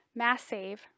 MassSave